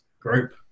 group